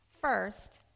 First